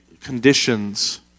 conditions